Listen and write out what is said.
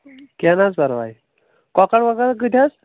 کیٚنٛہہ نہٕ حظ پَرواے کۄکر وۄکر کۭتیاہ حظ